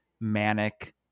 manic